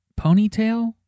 ponytail